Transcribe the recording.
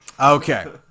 Okay